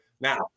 Now